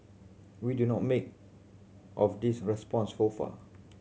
we do not make of these responses so far